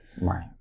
Right